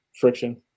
friction